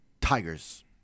Tigers